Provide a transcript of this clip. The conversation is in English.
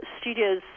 studios